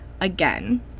again